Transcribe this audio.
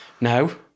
no